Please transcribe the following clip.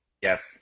Yes